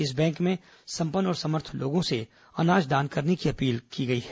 इस बैंक में संपन्न और समर्थ लोगों से अनाज दान करने की अपील की गई है